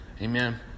Amen